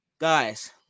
Guys